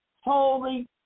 holy